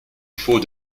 faut